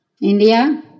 India